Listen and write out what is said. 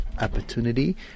opportunity